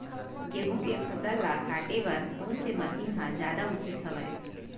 गेहूं के फसल ल काटे बर कोन से मशीन ह जादा उचित हवय?